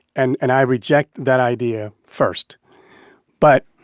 and and i reject that idea first but